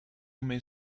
may